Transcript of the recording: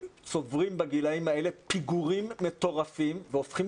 שצוברים בגילאים האלה פיגורים מטורפים והופכים